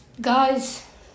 Guys